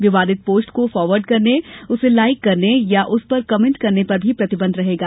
विवादित पोस्ट को फॉरवर्ड करने उसे लाइक करने या उस पर कमेंट करने पर भी प्रतिबंध रहेगा